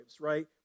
right